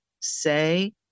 say